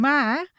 Maar